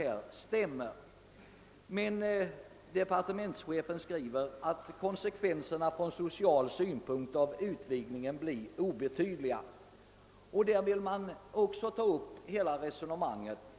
Allt detta är riktigt. Departementschefen skriver emellertid också att konsekvenserna från social synpunkt av utvidgningen blir obetydliga. Jag vill ta upp också detta resonemang.